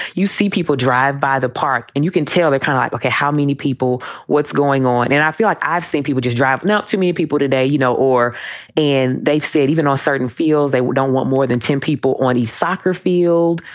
you see people drive by the park and you can tell they kind of like look at how many people what's going on. and i feel like i've seen people just drive out to meet people today, you know, or and they've said even on ah certain fields, they don't want more than ten people on a soccer field.